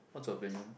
what's your opinion